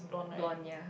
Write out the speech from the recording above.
blonde ya